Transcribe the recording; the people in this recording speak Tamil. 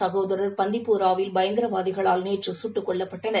சகோதரர் பண்டிபோராவில் பயங்கரவாதிகளால் நேற்று சுட்டுக் கொல்லப்பட்டனர்